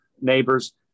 neighbors